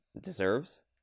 deserves